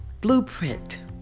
blueprint